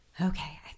Okay